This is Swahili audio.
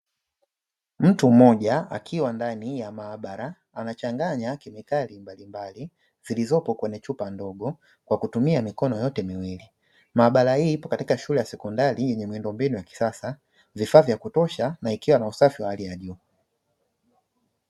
Mtu mmoja akiwa ndani ya maabara, anachanganya kemikali mbalimbali, zilizopo kwenye chupa ndogo kwa kutumia mikono yote miwili. Maabara hii ipo katika shule ya sekondari yenye miundombinu ya kisasa, vifaa vya kutosha na ikiwa na usafi wa hali ya juu.